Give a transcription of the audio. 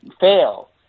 fail